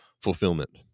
fulfillment